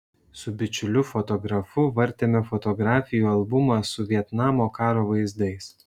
su bičiuliu fotografu vartėme fotografijų albumą su vietnamo karo vaizdais